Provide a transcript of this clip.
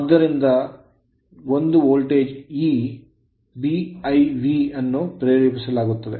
ಆದ್ದರಿಂದ ಒಂದು voltage E B l V ಅನ್ನು ಪ್ರೇರೇಪಿಸಲಾಗುತ್ತದೆ